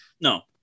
no